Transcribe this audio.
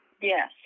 Yes